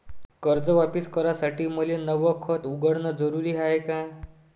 कर्ज वापिस करासाठी मले नव खात उघडन जरुरी हाय का?